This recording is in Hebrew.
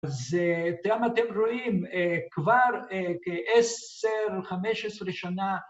אז גם אתם רואים כבר כעשר, חמש עשרה שנה